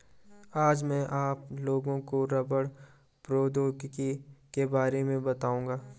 आज मैं आप लोगों को रबड़ प्रौद्योगिकी के बारे में बताउंगा